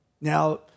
Now